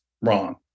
wrong